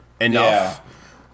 enough